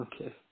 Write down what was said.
Okay